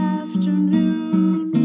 afternoon